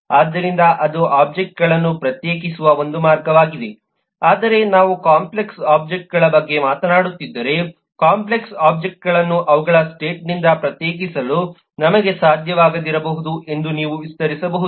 ಆದ್ದರಿಂದ ಅದು ಒಬ್ಜೆಕ್ಟ್ಗಳನ್ನು ಪ್ರತ್ಯೇಕಿಸುವ ಒಂದು ಮಾರ್ಗವಾಗಿದೆ ಆದರೆ ನಾವು ಕಾಂಪ್ಲೆಕ್ಸ್ ಒಬ್ಜೆಕ್ಟ್ಗಳ ಬಗ್ಗೆ ಮಾತನಾಡುತ್ತಿದ್ದರೆ ಕಾಂಪ್ಲೆಕ್ಸ್ ಒಬ್ಜೆಕ್ಟ್ಗಳನ್ನು ಅವುಗಳ ಸ್ಟೇಟ್ನಿಂದ ಪ್ರತ್ಯೇಕಿಸಲು ನಮಗೆ ಸಾಧ್ಯವಾಗದಿರಬಹುದು ಎಂದು ನೀವು ವಿಸ್ತರಿಸಬಹುದು